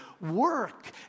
Work